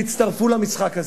תצטרפו למשחק הזה,